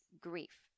grief